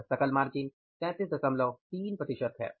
और सकल मार्जिन 333 प्रतिशत है